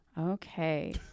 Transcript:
Okay